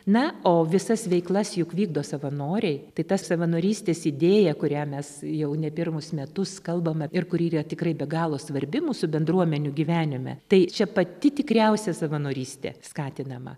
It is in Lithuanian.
na o visas veiklas juk vykdo savanoriai tai ta savanorystės idėja kurią mes jau ne pirmus metus kalbame ir kuri yra tikrai be galo svarbi mūsų bendruomenių gyvenime tai čia pati tikriausia savanorystė skatinama